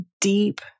deep